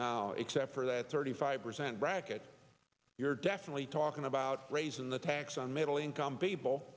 now except for that thirty five percent bracket you're definitely talking about raising the tax on middle income people